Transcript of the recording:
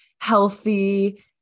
healthy